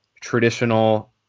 traditional